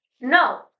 No